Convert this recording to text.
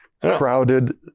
crowded